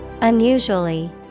Unusually